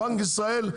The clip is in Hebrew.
בנק ישראל,